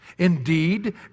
Indeed